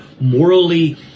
morally